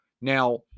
Now